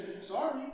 Sorry